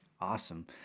Awesome